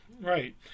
Right